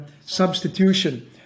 substitution